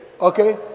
Okay